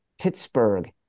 Pittsburgh